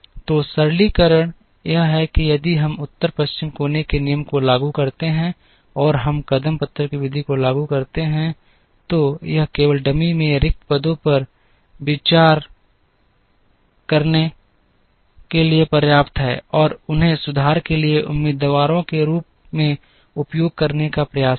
तो सरलीकरण यह है कि यदि हम उत्तर पश्चिम कोने के नियम को लागू करते हैं और हम कदम पत्थर की विधि को लागू करते हैं तो यह केवल डमी में रिक्त पदों पर विचार करने के लिए पर्याप्त है और उन्हें सुधार के लिए उम्मीदवारों के रूप में उपयोग करने का प्रयास करें